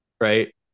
right